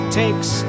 takes